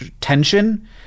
tension